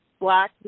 black